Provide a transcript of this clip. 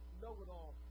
know-it-all